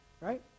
right